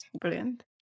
Brilliant